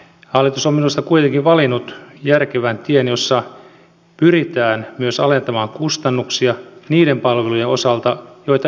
hallitus on minusta kuitenkin valinnut järkevän tien jossa pyritään myös alentamaan kustannuksia niiden palvelujen osalta joita eläkeläiset käyttävät